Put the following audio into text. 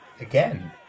again